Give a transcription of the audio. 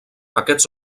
aquests